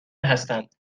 هستند